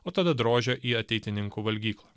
o tada drožia į ateitininkų valgyklą